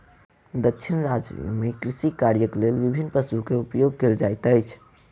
दक्षिण राज्य में कृषि कार्यक लेल विभिन्न पशु के उपयोग कयल जाइत अछि